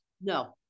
No